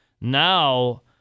Now